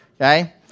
okay